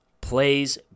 Plays